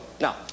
Now